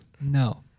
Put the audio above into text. No